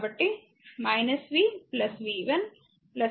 కాబట్టి v v1 v2 0